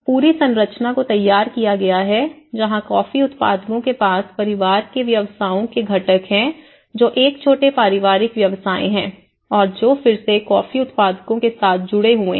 पूरी संरचना को तैयार किया गया है जहां कॉफी उत्पादकों के पास परिवार के व्यवसायों के घटक हैं जो एक छोटे पारिवारिक व्यवसाय हैं और जो फिर से कॉफी उत्पादकों के साथ जुड़े हुए हैं